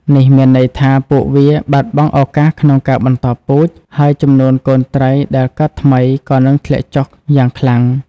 នេះមានន័យថាពួកវាបាត់បង់ឱកាសក្នុងការបន្តពូជ ហើយចំនួនកូនត្រីដែលកើតថ្មីក៏នឹងធ្លាក់ចុះយ៉ាងខ្លាំង។